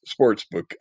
sportsbook